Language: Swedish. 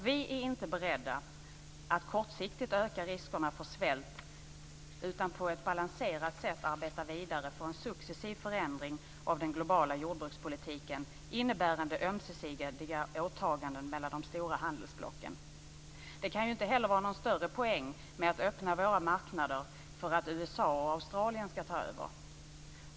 Vi är inte beredda att kortsiktigt öka riskerna för svält, utan vi vill på ett balanserat sätt arbeta vidare för en successiv förändring av den globala jordbrukspolitiken innebärande ömsesidiga åtaganden mellan de stora handelsblocken. Det kan ju inte heller vara någon större poäng med att öppna våra marknader för att USA och Australien ska ta över.